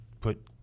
put